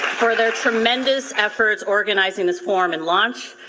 for their tremendous efforts organizing this forum and launch.